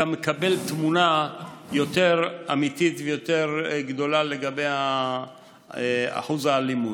אתה מקבל תמונה יותר אמיתית ויותר גדולה לגבי אחוז האלימות.